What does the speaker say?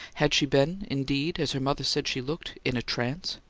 had she been, indeed, as her mother said she looked, in a trance?